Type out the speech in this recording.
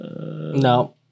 no